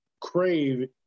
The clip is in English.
crave